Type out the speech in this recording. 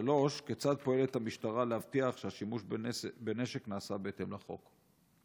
3. כיצד פועלת המשטרה להבטיח שהשימוש בנשק נעשה בהתאם לחוק?